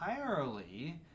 entirely